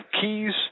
keys